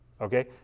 Okay